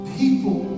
people